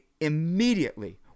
immediately